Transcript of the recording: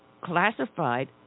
classified